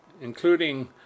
including